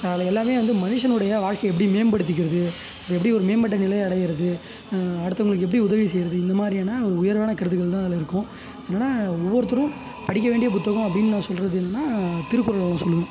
அதில் எல்லாமே வந்து மனுஷனோடைய வாழ்க்கையை எப்படி மேம்படுத்துகிறது அது எப்படி ஒரு மேம்பட்ட நிலையை அடைகிறது அடுத்தவங்களுக்கு எப்படி உதவி செய்கிறது இந்த மாதிரியான ஒரு உயர்வான கருத்துக்கள் தான் அதில் இருக்கும் என்னென்னா ஒவ்வொருத்தரும் படிக்க வேண்டிய புத்தகம் அப்படின்னு நான் சொல்கிறது என்னென்னா திருக்குறளை ஒன்று சொல்லுவேன்